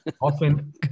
Often